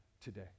today